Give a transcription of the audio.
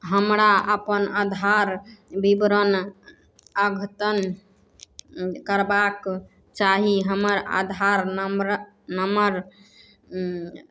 हमरा अपन आधार विवरण अद्यतन करबाक चाही हमर आधार नम्बर